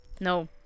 No